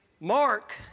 Mark